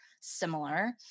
similar